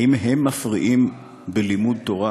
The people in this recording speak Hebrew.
האם הם מפריעים בלימוד תורה?